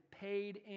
paid